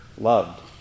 loved